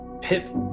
Pip